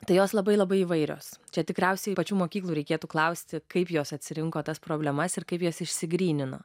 tai jos labai labai įvairios čia tikriausiai pačių mokyklų reikėtų klausti kaip jos atsirinko tas problemas ir kaip jas išsigrynino